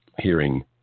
hearing